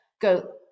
Go